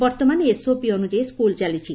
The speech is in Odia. ବର୍ଉମାନ ଏସଓପି ଅନୁଯାୟୀ ସ୍କୁଲ୍ ଚାଲିଛି